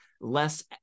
less